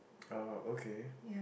ah okay